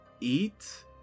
eat